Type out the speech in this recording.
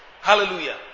Hallelujah